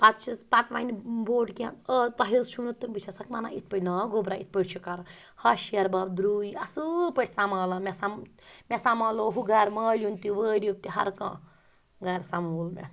پتہٕ چھِس پَتہٕ وَنہِ بوٚڈ کینٛہہ آ تۄہہِ حظ چھُنہٕ بہٕ چھسَکھ وَنان نا گۄبرا یِتھ پٲٹھۍ چھُ کَرُن ہَش ہِحٮ۪ربب دٕرُے اَصل پٲٹھی سمالان مےٚ سَمالو ہُہ گَرٕ مالِیُن تہِ وٲرِو تہِ ہَر کانٛہہ گَرٕ سَمول مےٚ